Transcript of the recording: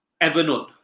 Evernote